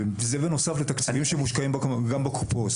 וזה בנוסף לתקציבים שמושקעים גם בקופות,